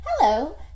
hello